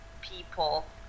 people